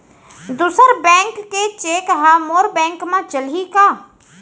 दूसर बैंक के चेक ह मोर बैंक म चलही का?